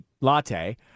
latte